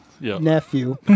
nephew